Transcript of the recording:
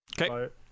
Okay